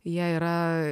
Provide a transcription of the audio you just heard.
jie yra